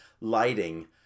Lighting